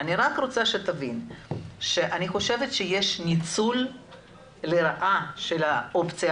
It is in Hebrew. אני רק רוצה שתבין שאני חושבת שיש ניצול לרעה של האופציה